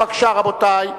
בבקשה, רבותי.